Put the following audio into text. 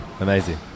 amazing